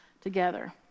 together